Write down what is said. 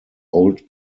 old